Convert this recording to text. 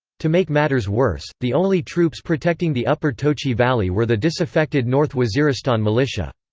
to make matters worse, the only troops protecting the upper tochi valley were the disaffected north waziristan militia.